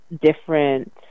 Different